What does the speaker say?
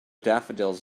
daffodils